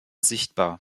sichtbar